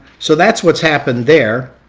so that's what's happened there.